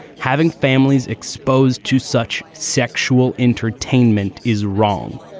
having families exposed to such sexual entertainment is wrong.